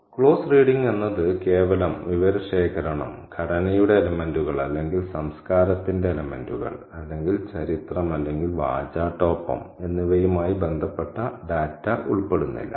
close reading എന്നത് കേവലം വിവരശേഖരണം ഘടനയുടെ എലെമെന്റുകൾ അല്ലെങ്കിൽ സംസ്കാരത്തിന്റെ എലെമെന്റുകൾ അല്ലെങ്കിൽ ചരിത്രം അല്ലെങ്കിൽ വാചാടോപം എന്നിവയുമായി ബന്ധപ്പെട്ട ഡാറ്റ ഉൾപ്പെടുന്നില്ല